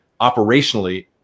operationally